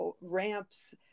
ramps